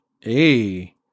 Hey